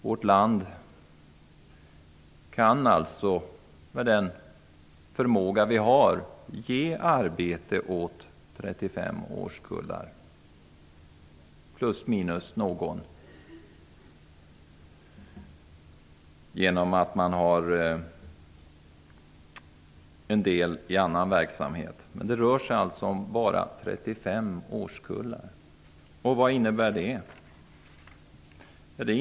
Med den förmåga som vi har kan alltså vårt land ge arbete åt 35 årskullar plus/minus en del i annan verksamhet. Det rör sig bara om 35 årskullar. Vad innebär då det?